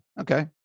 Okay